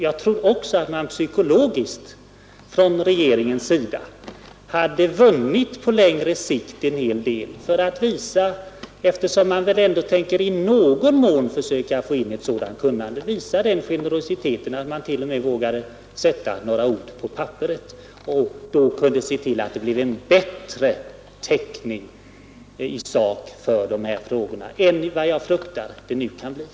Eftersom man väl tänker i någon mån försöka få in ett sådant kunnande, tror jag också att regeringen och utskottsmajoriteten psykologiskt hade vunnit en hel del på längre sikt genom att visa den generositeten att man vågade sätta några ord på papper och då se till, att det blev en bättre täckning i sak när det gäller denna sortens kunskap i konsumentverket än vad jag fruktar att det nu kan bli.